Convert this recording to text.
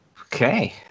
Okay